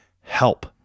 help